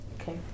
Okay